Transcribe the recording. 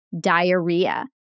diarrhea